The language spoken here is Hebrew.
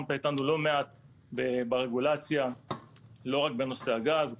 נלחמת איתנו לא מעט ברגולציה לא רק בנושא הגז,